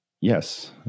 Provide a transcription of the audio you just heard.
Yes